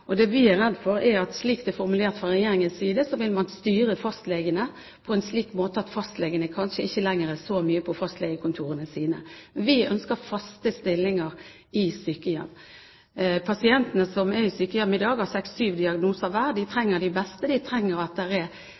sykehjemmene. Det vi er redd for, er at slik det er formulert fra Regjeringens side, vil man styre fastlegene på en slik måte at de kanskje ikke lenger er så mye på fastlegekontorene sine. Vi ønsker faste stillinger i sykehjem. Pasientene som er i sykehjem i dag, har seks–sju diagnoser hver. De trenger de beste legene. De trenger heltidsleger eller i alle fall faste legestillinger knyttet til sykehjemmet, slik at